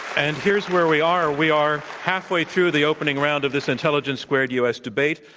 and here's where we are. we are halfway through the opening round of this intelligence squared u. s. debate.